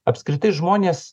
apskritai žmonės